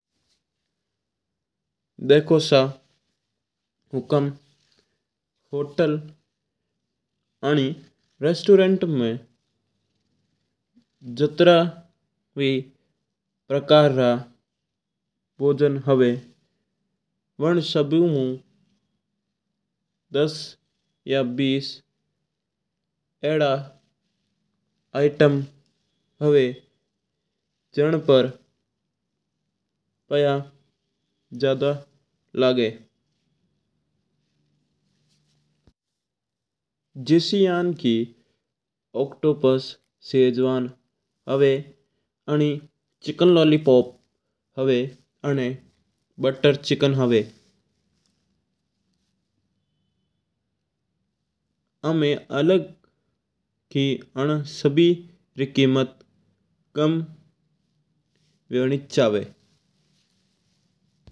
देखो सा हुकम होटल आणी और रेस्टोरेंट में जातरा भी प्रकार रा भोजन हुयो। वनमू दस बीस प्रकार का आइटम आड़ा हुयो है जिन पर पाया जायदा लागे। जिस्यां कि ऑक्टोपस सेवण आवा, चिकन लॉलीपॉप हुयो, बटर चिकन हुयो आं सभी री कीमत अलग-अलग हुयो है।